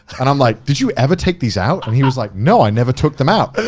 and i'm like, did you ever take these out? and he was like, no, i never took them out.